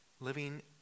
living